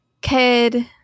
kid